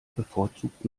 bevorzugt